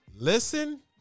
Listen